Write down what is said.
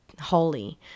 holy